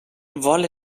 vol